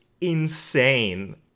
insane